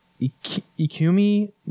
ikumi